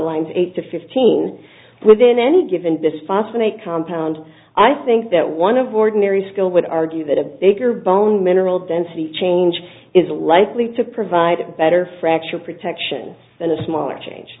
lines eight to fifteen within any given bisphosphonate compound i think that one of ordinary skill would argue that a bigger bone mineral density change is likely to provide better fracture protection than a smaller change